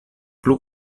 plu